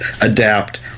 adapt